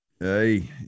Hey